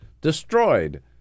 destroyed